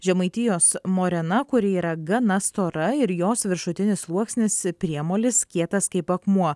žemaitijos morena kuri yra gana stora ir jos viršutinis sluoksnis priemolis kietas kaip akmuo